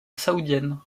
saoudienne